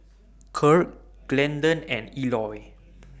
Kirk Glendon and Eloy